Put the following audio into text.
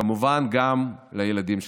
וכמובן גם לילדים שלכם.